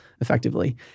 effectively